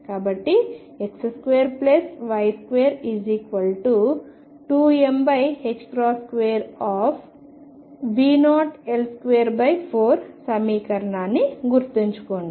కాబట్టి X2Y22m2 V0L24 సమీకరణాన్ని గుర్తుంచుకోండి